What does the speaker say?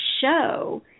show